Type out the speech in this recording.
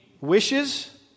wishes